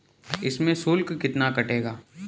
इसमें शुल्क कितना कटेगा?